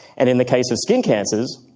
and in the case of skin cancers,